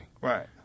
Right